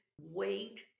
wait